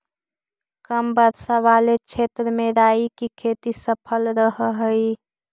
कम वर्षा वाले क्षेत्र में राई की खेती सफल रहअ हई